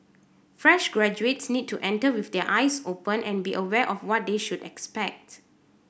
fresh graduates need to enter with their eyes open and be aware of what they should expect